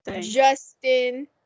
Justin